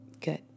Good